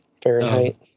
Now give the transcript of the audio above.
Fahrenheit